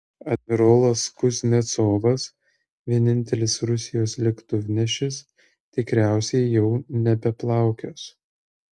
admirolas kuznecovas vienintelis rusijos lėktuvnešis tikriausiai jau nebeplaukios